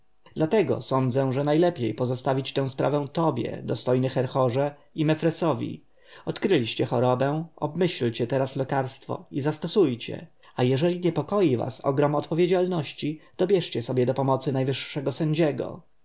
dlatego sądzę że najlepiej pozostawić tę sprawę tobie dostojny herhorze i mefresowi odkryliście chorobę obmyślicie teraz lekarstwo i zastosujcie a jeżeli niepokoi was ogrom odpowiedzialności dobierzcie sobie do pomocy najwyższego sędziego